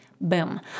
Boom